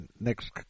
next